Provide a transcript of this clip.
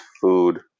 food